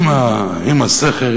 עם הסכר,